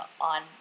on